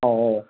ꯑꯣ ꯑꯣ ꯑꯣ